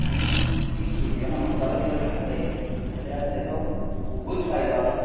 आनी एक सुर्य नमस्कारच जर घातले जाल्यार तेजो खुबच फायदो आसा